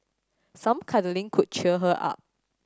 some cuddling could cheer her up